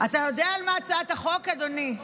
אתה יודע על מה הצעת החוק, אדוני?